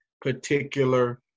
particular